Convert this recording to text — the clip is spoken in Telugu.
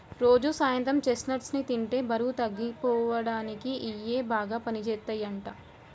రోజూ సాయంత్రం చెస్ట్నట్స్ ని తింటే బరువు తగ్గిపోడానికి ఇయ్యి బాగా పనిజేత్తయ్యంట